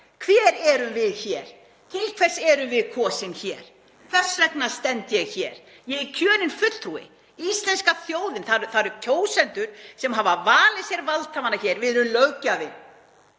Hver erum við hér? Til hvers erum við kosin hér? Hvers vegna stend ég hér? Ég er kjörinn fulltrúi. Íslenska þjóðin — það eru kjósendur sem hafa valið sér valdhafana hér. Við erum löggjafi.